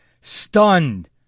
stunned